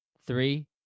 Three